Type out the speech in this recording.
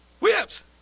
whips